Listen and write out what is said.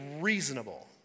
reasonable